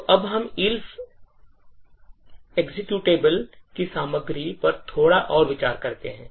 तो अब हम Elf एक्जीक्यूटेबल की सामग्री पर थोड़ा और विस्तार करते हैं